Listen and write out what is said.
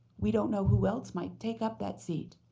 we don't know who else might take up that seat,